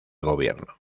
gobierno